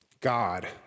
God